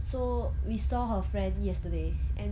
so we saw her friend yesterday and